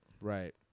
right